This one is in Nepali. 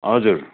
हजुर